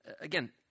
again